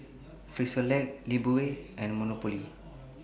Frisolac Lifebuoy and Monopoly